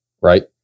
right